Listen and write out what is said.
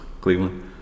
Cleveland